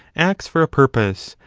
acts for a purpose,